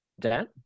Dan